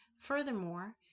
Furthermore